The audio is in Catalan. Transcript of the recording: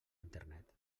internet